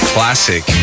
Classic